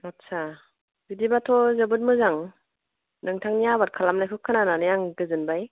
आदसा बिदिबाथ' जोबोद मोजां नोंथांनि आबाद खालामनायखौ खोनानानै आं गोजोनबाय